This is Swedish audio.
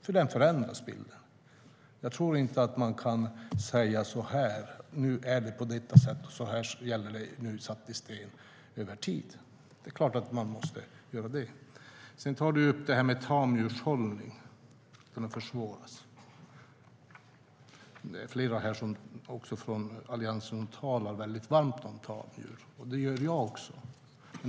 Bilden förändras nämligen. Jag tror inte att man kan säga att det nu är på ett visst sätt och att det kommer att vara så över tid. Sedan tar Daniel Bäckström upp tamdjurshållningen och att den försvåras. Det är flera här, även från Alliansen, som talar varmt om tamdjur. Det gör jag också.